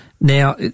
Now